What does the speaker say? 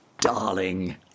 Darling